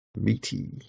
Meaty